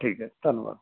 ਠੀਕ ਹੈ ਧੰਨਵਾਦ